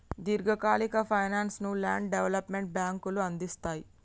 దీర్ఘకాలిక ఫైనాన్స్ ను land development బ్యేంకులు అందిస్తయ్